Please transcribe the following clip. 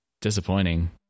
disappointing